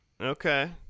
Okay